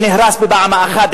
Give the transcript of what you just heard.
שנהרס בפעם ה-11,